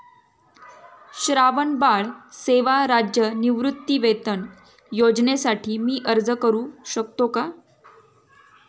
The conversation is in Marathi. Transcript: श्रावणबाळ सेवा राज्य निवृत्तीवेतन योजनेसाठी मी अर्ज करू शकतो का?